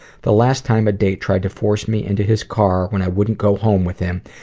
the last time a date tried to force me into his car when i wouldn't go home with him,